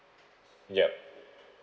yup